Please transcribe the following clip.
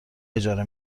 اجاره